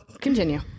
Continue